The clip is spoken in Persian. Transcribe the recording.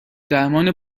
درمان